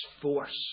force